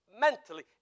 mentally